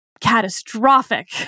catastrophic